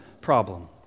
problem